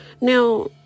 now